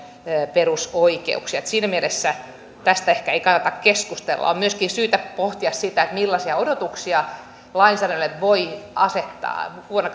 perusoikeuksia siinä mielessä tästä ehkä ei kannata keskustella on myöskin syytä pohtia sitä millaisia odotuksia lainsäädännölle voi asettaa vuonna